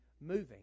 moving